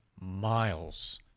miles